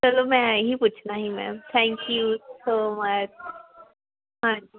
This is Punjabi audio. ਚਲੋ ਮੈਂ ਇਹ ਹੀ ਪੁੱਛਣਾ ਹੀ ma'am thank you so much ਹਾਂਜੀ